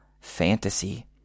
fantasy